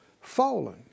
fallen